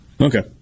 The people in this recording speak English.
Okay